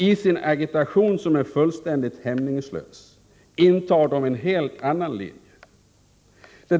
I sin agitation, som är fullständigt hämningslös, följer de en helt annan linje.